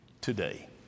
TODAY